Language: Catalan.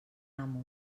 amo